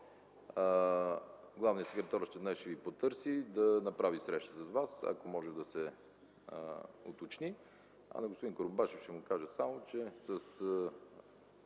Главният секретар още днес ще Ви потърси, за да направи среща с Вас, ако може да се уточни. На господин Курумбашев ще му кажа само, че с